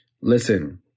Listen